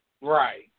Right